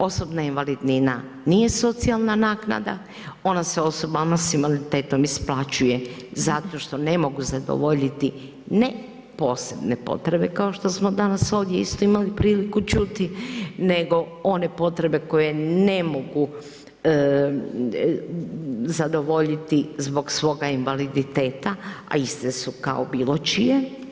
Osobna invalidnina nije socijalna naknada, ona se osobama s invaliditetom isplaćuje zato što ne mogu zadovoljiti, ne posebne potrebe kao što smo danas ovdje isto imali priliku čuti, nego one potrebe koje ne mogu zadovoljiti zbog svoga invaliditeta a iste su kao bilo čije.